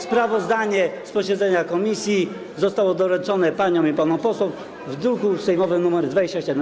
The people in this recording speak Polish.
Sprawozdanie z posiedzenia komisji zostało doręczone paniom i panom posłom w druku sejmowym nr 27.